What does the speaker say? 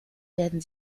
werden